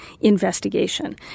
investigation